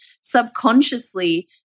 subconsciously